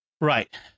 Right